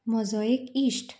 म्हजो एक इश्ट